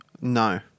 No